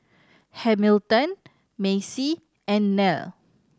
Hamilton Macey and Nell